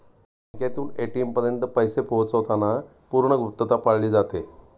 बँकेतून ए.टी.एम पर्यंत पैसे पोहोचवताना पूर्ण गुप्तता पाळली जाते